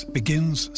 begins